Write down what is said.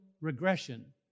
regression